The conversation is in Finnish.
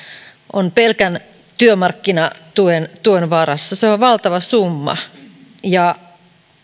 on pelkän työmarkkinatuen varassa se on valtava summa